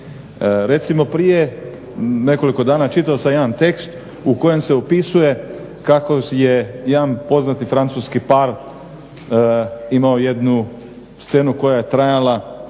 Recimo prije nekoliko dana čitao sam jedan tekst u kojem se opisuje kako je jedan poznati francuski par imao jednu scenu koja je trajala